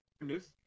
news